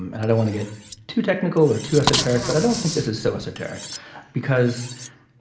um and i don't want to get too technical or too esoteric but i don't think this is so esoteric because